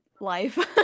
life